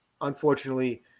Unfortunately